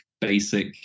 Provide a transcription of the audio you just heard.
basic